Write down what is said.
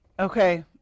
Okay